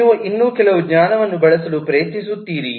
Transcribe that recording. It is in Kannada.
ನೀವು ಇನ್ನೂ ಕೆಲವು ಜ್ಞಾನವನ್ನು ಬಳಸಲು ಪ್ರಯತ್ನಿಸುತ್ತೀರಿ